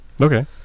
Okay